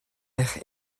eich